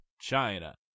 China